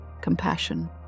compassion